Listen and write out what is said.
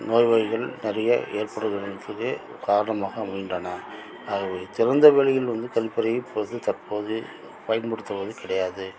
நோய்வாய்கள் நிறைய ஏற்படுகின்றதுக்கு ஒரு காரணமாக அமைகின்றன அதோடு திறந்தவெளியில் வந்து கழிப்பறை இப்போது தற்போது பயன்படுத்துவது கிடையாது